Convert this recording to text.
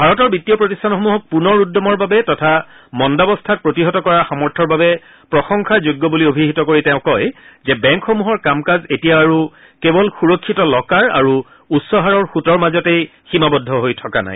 ভাৰতৰ বিত্তীয় প্ৰতিষ্ঠানসমূহক পুনৰ উদ্দ্যমৰ বাবে তথা মন্দাৱস্থাক প্ৰতিহত কৰাৰ সামৰ্থ্যৰ বাবে প্ৰশংসাৰ যোগ্য বুলি অভিহিত কৰি তেওঁ কয় যে বেংকসমূহৰ কাম কাজ এতিয়া আৰু কেৱল সুৰক্ষিত লকাৰ আৰু উচ্চ হাৰৰ সুতৰ মাজতেই সীমাবদ্ধ হৈ থকা নাই